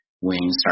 wings